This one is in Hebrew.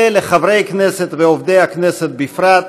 ולחברי הכנסת ועובדי הכנסת בפרט,